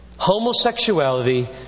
homosexuality